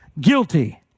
Guilty